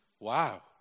Wow